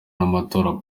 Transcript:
y’amatora